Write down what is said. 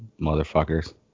motherfuckers